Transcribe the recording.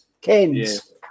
Kens